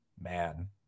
Man